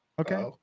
Okay